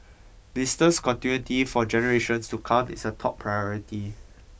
business continuity for generations to come is a top priority